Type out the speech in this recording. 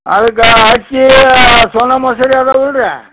ಅದಕ್ಕೆ ಅಕ್ಕಿ ಸೋನಾ ಮಸೂರಿ ಅದವ ಇಲ್ರೀ